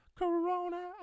Corona